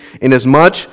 inasmuch